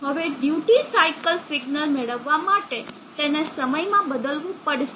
હવે duty cycle signal મેળવવા માટે તેને સમયમાં બદલવું પડશે